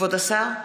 כבוד השר?